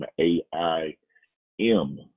A-I-M